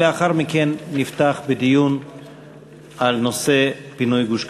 ולאחר מכן נפתח בדיון על נושא פינוי גוש-קטיף.